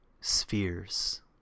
spheres